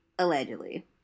Allegedly